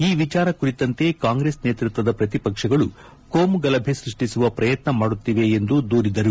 ಈ ವಿಚಾರ ಕುರಿತಂತೆ ಕಾಂಗ್ರೆಸ್ ನೇತೃತ್ವದ ಪ್ರತಿಪಕ್ಷಗಳು ಕೋಮುಗಲಭೆ ಸೃಷ್ಠಿಸುವ ಪ್ರಯತ್ನ ಮಾಡುತ್ತಿವೆ ಎಂದು ದೂರಿದರು